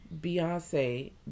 Beyonce